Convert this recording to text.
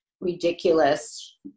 ridiculous